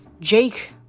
Jake